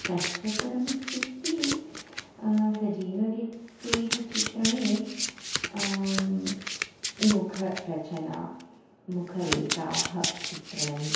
कष्टतरम् इत्युक्ते सजीवव्यक्तेः चित्रणे मुखरचना मुखरेखाः चित्रणं